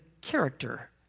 character